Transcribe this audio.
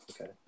Okay